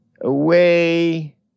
away